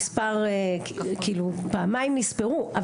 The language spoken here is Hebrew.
כמספר כאילו פעמיים נספרו,